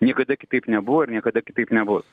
niekada kitaip nebuvo ir niekada kitaip nebus